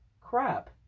crap